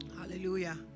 hallelujah